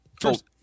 first